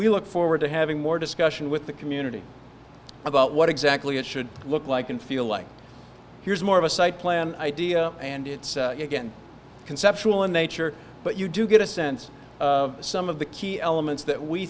we look forward to having more discussion with the community about what exactly it should look like and feel like here's more of a site plan idea and it's again conceptual in nature but you do get a sense of some of the key elements that we